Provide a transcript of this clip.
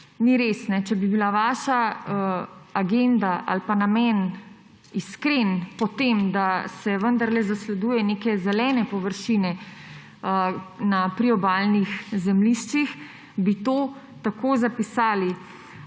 Ni res! Če bi bila vaša agenda ali pa namen iskren po tem, da se vendarle zasleduje neke zelene površine na priobalnih zemljiščih, bi to tako zapisali.